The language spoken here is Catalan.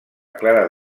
clara